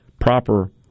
proper